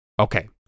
okay